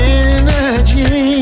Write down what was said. energy